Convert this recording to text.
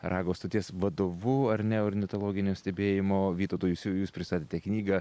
rago stoties vadovu ar ne ornitologinio stebėjimo vytautu jusiu jūs pristatėte knygą